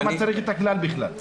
למה צריך את הכלל בכלל?